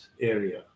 area